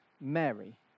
Mary